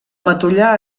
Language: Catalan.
matollar